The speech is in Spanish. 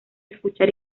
escuchar